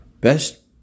Best